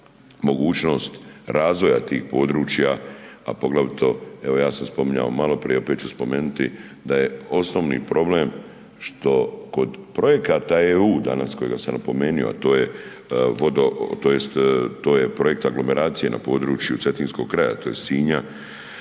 mogućnost razvoja tih područja, a poglavito, evo, ja sam spominjao maloprije, opet ću spomenuti da je osnovni problem što kod projekata EU, danas kojega sam napomenuo, a to je vodo tj. to je projekt aglomeracije na području cetinskog kraja, tj. Sinja,